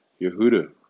Yehuda